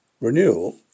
Renewal